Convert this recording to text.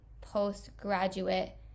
postgraduate